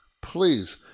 please